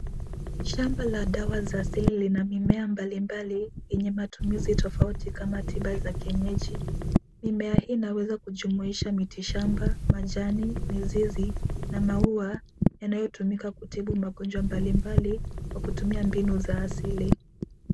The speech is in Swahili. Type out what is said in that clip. Shamba la dawa za asili lina mimea mbalimbali yenye matumizi tofauti kama tiba za kienyeji. Mimea hii inaweza kujumuisha miti shamba, majani, mizizi, na maua, yanayotumika kutibu magonjwa mbalimbali kwa kutumia mbinu za asili.